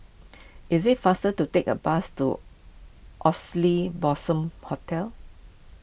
is it faster to take a bus to Oxley Blossom Hotel